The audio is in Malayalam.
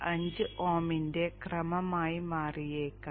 5 Ω ന്റെ ക്രമമായി മാറിയേക്കാം